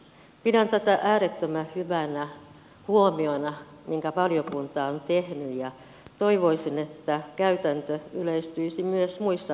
pidän tätä ääret tömän hyvänä huomiona minkä valiokunta on tehnyt ja toivoisin että käytäntö yleistyisi myös muissa valiokunnissa